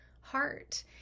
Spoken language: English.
heart